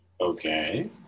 Okay